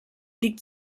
liegt